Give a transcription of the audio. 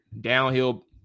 downhill